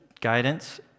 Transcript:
guidance